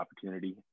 opportunity